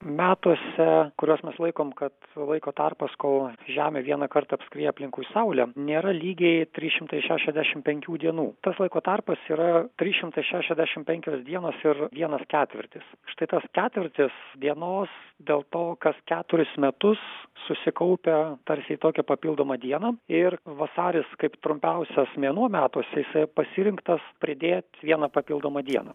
metuose kuriuos mes laikom kad laiko tarpas kol žemė vieną kartą apskrieja aplinkui saulę nėra lygiai trys šimtai šešiasdešim penkių dienų tas laiko tarpas yra trys šimtai šešiasdešim penkios dienos ir vienas ketvirtis štai tas ketvirtis dienos dėl to kas keturis metus susikaupia tarsi į tokią papildomą dieną ir vasaris kaip trumpiausias mėnuo metuose jisai pasirinktas pridėt vieną papildomą dieną